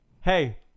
hey